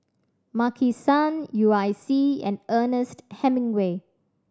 Maki San U I C and Ernest Hemingway